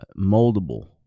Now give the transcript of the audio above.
moldable